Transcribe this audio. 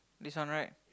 this one right